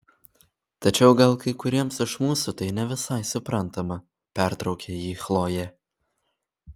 tačiau gal kai kuriems iš mūsų tai ne visai suprantama pertraukė jį chlojė